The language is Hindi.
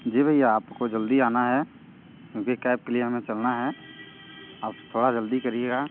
जी भैया आपको जल्दी आना है क्योंकि कैब के लिए हमें चलना है आप थोड़ा जल्दी करिएगा